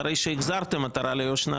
אחרי שהחזרתם עטרה ליושנה,